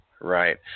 Right